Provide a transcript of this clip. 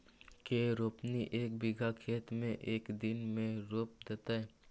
के रोपनी एक बिघा खेत के एक दिन में रोप देतै?